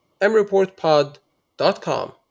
mreportpod.com